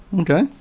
Okay